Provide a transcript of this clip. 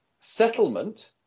settlement